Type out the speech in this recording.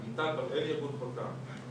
עמיתי בראלי, ארגון חותם.